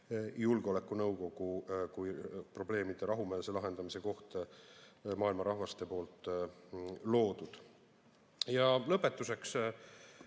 julgeolekunõukogu kui probleemide rahumeelse lahendamise koht maailma rahvaste poolt loodud. Lõpetuseks.